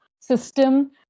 system